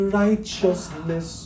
righteousness